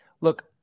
Look